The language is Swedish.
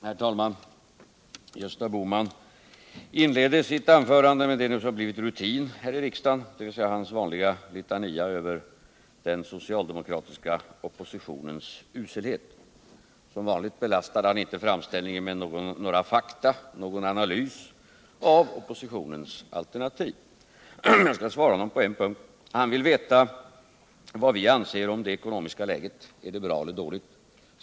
Herr talman! Gösta Bohman inleder sitt anförande med det som har blivit rutin här i kammaren, dvs. hans vanliga litania över den socialdemokratiska oppositionens uselhet. Som vanligt belastar han inte framställningen med några fakta eller någon analys av oppositionens alternativ. Jag skall svara honom på en punkt. Han vill veta vad vi anser om det ekonomiska läget. Är det bra eller dåligt?